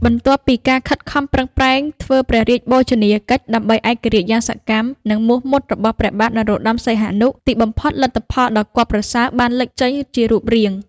បន្ទាប់ពីការខិតខំប្រឹងប្រែងធ្វើព្រះរាជបូជនីយកិច្ចដើម្បីឯករាជ្យយ៉ាងសកម្ម និងមោះមុតរបស់ព្រះបាទនរោត្ដម សីហនុ ទីបំផុតលទ្ធផលដ៏គាប់ប្រសើរបានលេចចេញជារូបរាង។